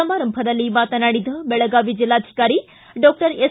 ಸಮಾರಂಭದಲ್ಲಿ ಮಾತನಾಡಿದ ಬೆಳಗಾವಿ ಜಿಲ್ಲಾಧಿಕಾರಿ ಡಾಕ್ಟರ್ ಎಸ್